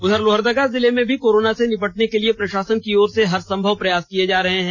उधर लोहरदगा जिले में भी कोरोना से निपटने के लिए प्रषासन की ओर से हर संभव प्रयास किये जा रहे हैं